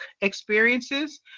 experiences